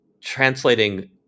translating